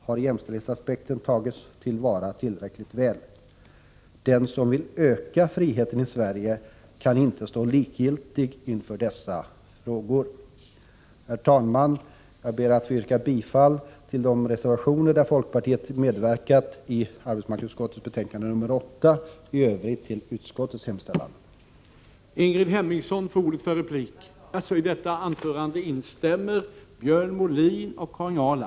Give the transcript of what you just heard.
Har jämställdhetsaspekten tagits till vara tillräckligt väl? Den som vill öka friheten i Sverige kan inte stå likgiltig inför dessa frågor. Herr talman! Jag ber att få yrka bifall till de reservationer där folkpartiet har medverkat och i övrigt till utskottets hemställan i arbetsmarknadsutskottets betänkande nr 8.